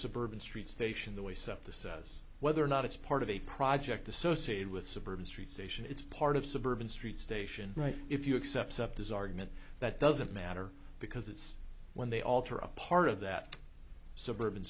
suburban street station the way so this was whether or not it's part of a project associated with suburban street station it's part of suburban street station right if you accept desired meant that doesn't matter because it's when they alter a part of that suburban